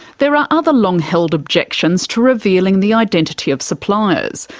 there are other long-held objections to revealing the identity of suppliers,